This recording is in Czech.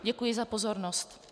Děkuji za pozornost.